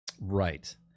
Right